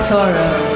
Toro